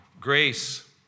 Grace